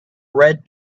red